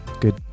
Good